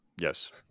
Yes